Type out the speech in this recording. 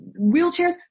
wheelchairs